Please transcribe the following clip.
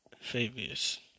Fabius